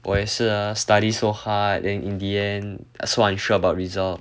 我也是 ah study so hard then in the end so unsure about result